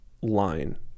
line